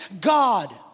God